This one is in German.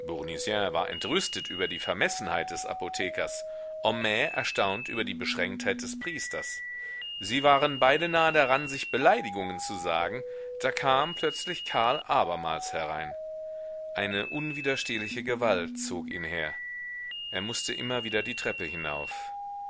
war entrüstet über die vermessenheit des apothekers homais erstaunt über die beschränktheit des priesters sie waren beide nahe daran sich beleidigungen zu sagen da kam plötzlich karl abermals herein eine unwiderstehliche gewalt zog ihn her er mußte immer wieder die treppe hinauf